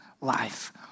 life